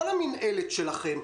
כל המינהלת שלכם,